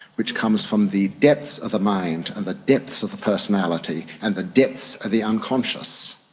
which comes from the depths of the mind and the depths of the personality and the depths of the unconscious.